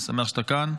אני שמח שאתה כאן.